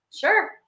Sure